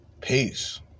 Peace